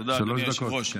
תודה, אדוני היושב-ראש.